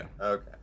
Okay